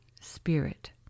spirit